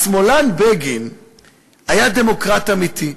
השמאלן בגין היה דמוקרט אמיתי.